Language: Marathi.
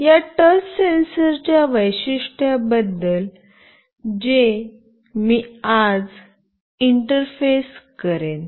या टच सेन्सर च्या वैशिष्ट्याबद्दल जे मी आज इंटरफेस करेन